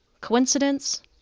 Coincidence